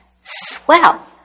swell